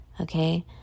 okay